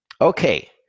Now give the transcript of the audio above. Okay